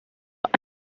los